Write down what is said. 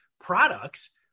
products